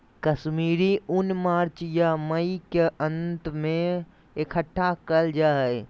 कश्मीरी ऊन मार्च या मई के अंत में इकट्ठा करल जा हय